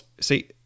see